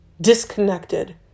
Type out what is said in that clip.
Disconnected